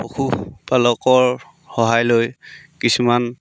পশুপালকৰ সহায় লৈ কিছুমান